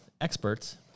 experts